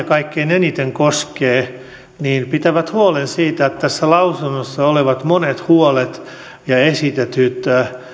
kaikkein eniten koskee pitävät huolen siitä että tässä lausunnossa olevat monet huolet ja esitetyt